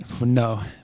No